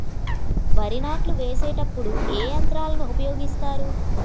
వరి నాట్లు వేసేటప్పుడు ఏ యంత్రాలను ఉపయోగిస్తారు?